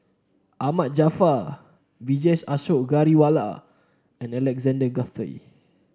Ahmad Jaafar Vijesh Ashok Ghariwala and Alexander Guthrie